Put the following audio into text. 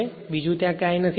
ત્યાં બીજું કંઈ નથી